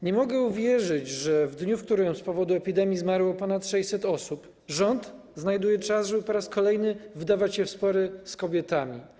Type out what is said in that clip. Nie mogę uwierzyć, że w dniu, w którym z powodu epidemii zmarło ponad 600 osób, rząd znajduje czas, żeby po raz kolejny wdawać się w spory z kobietami.